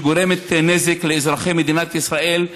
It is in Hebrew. שגורמת נזק לאזרחי מדינת ישראל,